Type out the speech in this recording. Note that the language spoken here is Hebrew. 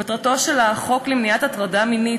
מטרתו של החוק למניעת הטרדה מינית,